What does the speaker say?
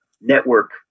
network